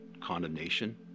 condemnation